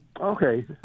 Okay